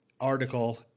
article